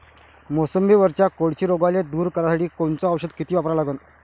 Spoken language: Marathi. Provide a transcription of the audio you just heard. मोसंबीवरच्या कोळशी रोगाले दूर करासाठी कोनचं औषध किती वापरा लागन?